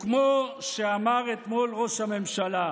כמו שאמר אתמול ראש הממשלה,